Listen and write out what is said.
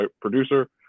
producer